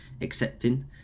accepting